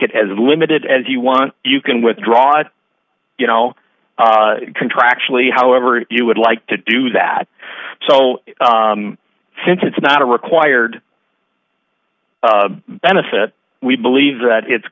it as limited as you want you can withdraw it you know contractually however you would like to do that so since it's not a required benefit we believe that it's